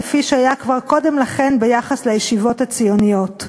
כפי שהיה כבר קודם לכן ביחס לישיבות הציוניות.